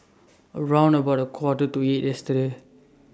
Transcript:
around about A Quarter to eight yesterday